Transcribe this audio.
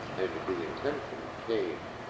and the intention came.